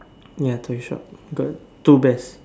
ya toy shop got two bears